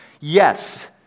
Yes